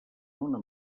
una